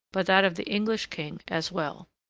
but that of the english king as well.